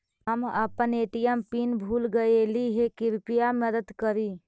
हम अपन ATM pin भूल गईली हे, कृपया मदद करी